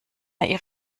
ihr